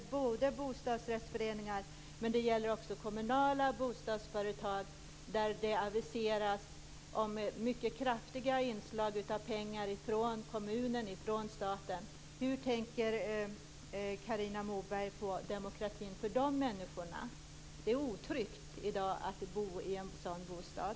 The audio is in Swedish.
I både bostadsrättsföreningar och kommunala bostadsföretag aviseras mycket kraftiga inslag av pengar från kommunen och från staten. Hur vill Carina Moberg tillgodose demokratin för de här människorna? Det är i dag otryggt att bo i en sådan här bostad.